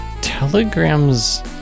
telegrams